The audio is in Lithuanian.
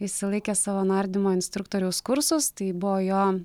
išsilaikė savo nardymo instruktoriaus kursus tai buvo jo